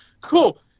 cool